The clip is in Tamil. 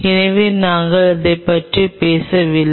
எனவே நாங்கள் அதைப் பற்றி பேசவில்லை